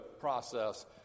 process